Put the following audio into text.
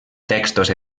textos